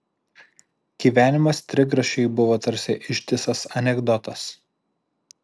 gyvenimas trigrašiui buvo tarsi ištisas anekdotas